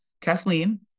Kathleen